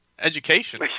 education